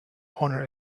honour